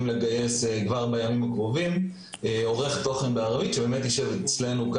לגייס כבר בימים הקרובים עורך תוכן בערבית שיישב אצלנו,